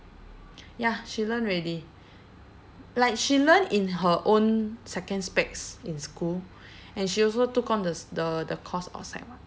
ya she learn already like she learn in her own second specs in school and she also took on the s~ the the course outside [what]